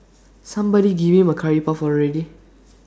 somebody give him A Curry puff already